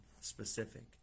specific